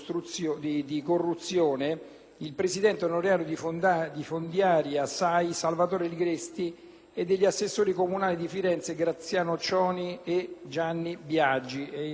del presidente onorario di Fondiaria SAI, Salvatore Ligresti, e gli assessori comunali di Firenze, Graziano Cioni e Gianni Biagi,